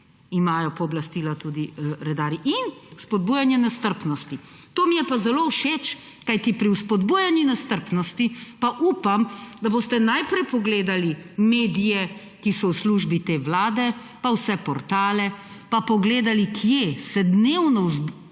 imajo pooblastila tudi redarji. In spodbujanje nestrpnosti. To mi je pa zelo všeč, kajti pri spodbujanju nestrpnosti pa upam, da boste najprej pogledali medije, ki so v službi te vlade, pa vse portale, pa pogledali, kje se dnevno spodbuja